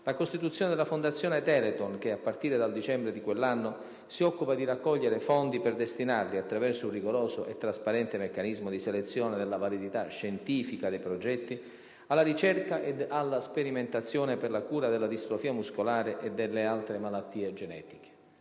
la costituzione della Fondazione Telethon che, a partire dal dicembre di quell'anno, si occupa di raccogliere fondi per destinarli, attraverso un rigoroso e trasparente meccanismo di selezione della validità scientifica dei progetti, alla ricerca e alla sperimentazione per la cura della distrofia muscolare e delle altre malattie genetiche.